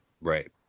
Right